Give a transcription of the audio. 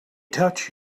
touch